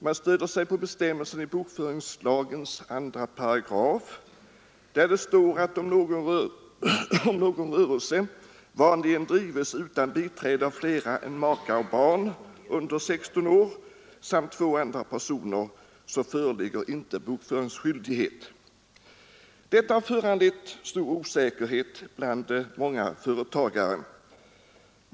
Man stöder sig på den bestämmelse i 2 § bokföringslagen som stadgar att ”om rörelse ——— vanligen drives utan biträde av flera än make och barn under sexton år samt två andra personer” föreligger inte bokföringsskyldighet. Detta har förorsakat stor osäkerhet bland företagarna.